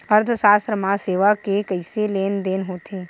अर्थशास्त्र मा सेवा के कइसे लेनदेन होथे?